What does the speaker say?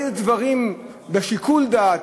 איזה דברים בשיקול דעת?